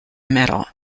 medal